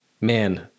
Man